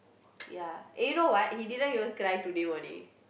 ya eh you know what he didn't even cry today morning